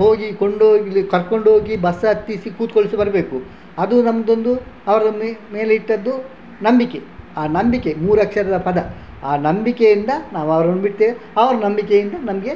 ಹೋಗಿ ಕೊಂಡೋಗಿ ಇಲ್ಲಿ ಕರ್ಕೊಂಡು ಹೋಗಿ ಬಸ್ ಹತ್ತಿಸಿ ಕೂತ್ಕೊಳ್ಳಿಸಿ ಬರಬೇಕು ಅದು ನಮ್ಮದೊಂದು ಅವರ ಮೇಲಿಟ್ಟಿದ್ದು ನಂಬಿಕೆ ಆ ನಂಬಿಕೆ ಮೂರಕ್ಷರದ ಪದ ಆ ನಂಬಿಕೆಯಿಂದ ನಾವು ಅವರನ್ನು ಬಿಡ್ತೇವೆ ಅವರು ನಂಬಿಕೆಯಿಂದ ನಮಗೆ